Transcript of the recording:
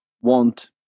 want